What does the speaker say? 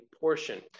portion